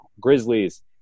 Grizzlies